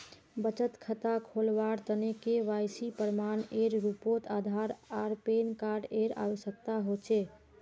बचत खता खोलावार तने के.वाइ.सी प्रमाण एर रूपोत आधार आर पैन कार्ड एर आवश्यकता होचे